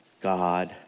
God